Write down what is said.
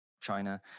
China